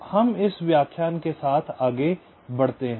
तो हम इस व्याख्यान के साथ आगे बढ़ते हैं